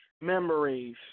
memories